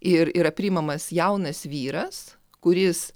ir yra priimamas jaunas vyras kuris